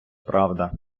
правда